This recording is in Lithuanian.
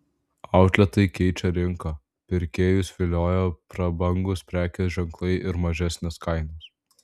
outletai keičia rinką pirkėjus vilioja prabangūs prekės ženklai ir mažesnės kainos